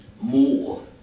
more